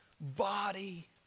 body